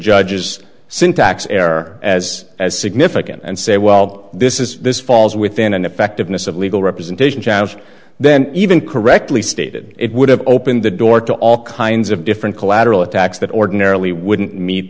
judge's syntax error as as significant and say well this is this falls within an effectiveness of legal representation jav then even correctly stated it would have open the door to all kinds of different collateral attacks that ordinarily wouldn't meet